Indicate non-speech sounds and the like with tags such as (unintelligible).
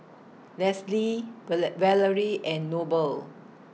Leslee (unintelligible) Valerie and Noble